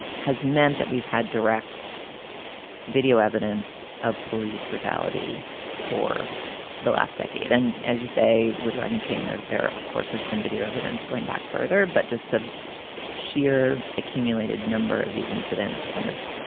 has meant that we've had direct video evidence of police brutality for the last decade. and as you say with rodney king there, there, of course, has been video evidence going back further, but just the sheer accumulated number of these incidents and of.